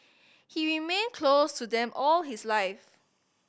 he remained close to them all his life